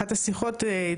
אחת השיחות,